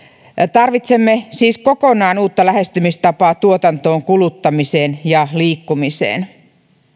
tarvitsemme siis kokonaan uutta lähestymistapaa tuotantoon kuluttamiseen ja liikkumiseen